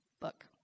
book